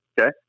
okay